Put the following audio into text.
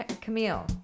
Camille